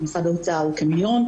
ומשרד האוצר הוא כ-1 מיליון,